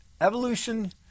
Evolution